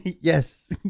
Yes